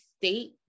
state